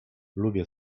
lubię